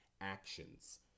actions